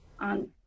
on